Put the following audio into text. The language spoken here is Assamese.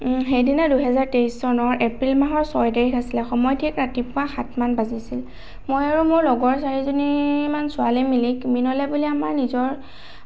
সেইদিনা দুহেজাৰ তেইশ চনৰ এপ্ৰিল মাহৰ ছয় তাৰিখ আছিলে সময় ঠিক ৰাতিপুৱা সাত মান বাজিছিল মই আৰু মোৰ লগৰ চাৰিজনী মান ছোৱালী মিলি কিমিনলৈ বুলি আমাৰ নিজৰ